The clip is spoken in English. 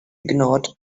ignored